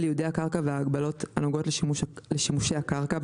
ייעודי הקרקע והגבלות הנוגעות לשימושי הקרקע,